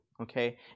okay